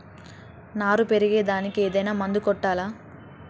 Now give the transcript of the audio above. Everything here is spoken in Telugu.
నారు పెరిగే దానికి ఏదైనా మందు కొట్టాలా?